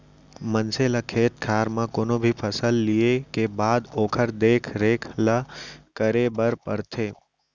मनसे ल खेत खार म कोनो भी फसल लिये के बाद ओकर देख रेख ल करे बर परथे